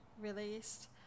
released